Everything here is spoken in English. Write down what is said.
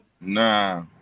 Nah